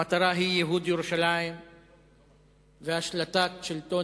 המטרה היא ייהוד ירושלים והשלטת שלטון